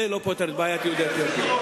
זה לא פותר את בעיית יהודי אתיופיה.